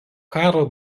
karo